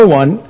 one